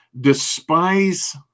despise